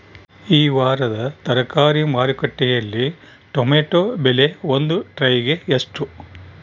ಈ ವಾರದ ತರಕಾರಿ ಮಾರುಕಟ್ಟೆಯಲ್ಲಿ ಟೊಮೆಟೊ ಬೆಲೆ ಒಂದು ಟ್ರೈ ಗೆ ಎಷ್ಟು?